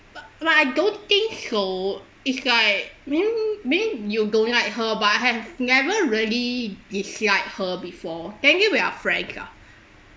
bu~ but I don't think so it's like meaning meaning you don't like her but I have never really disliked her before maybe we are friend lah